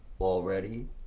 Already